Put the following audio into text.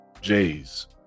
Jay's